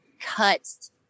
Cuts